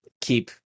keep